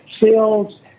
sales